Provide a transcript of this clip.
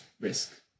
risk